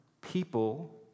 people